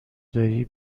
داری